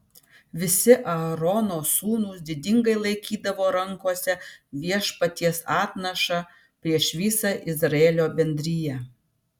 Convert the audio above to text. visi aarono sūnūs didingai laikydavo rankose viešpaties atnašą prieš visą izraelio bendriją